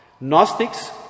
Gnostics